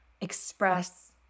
express